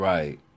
Right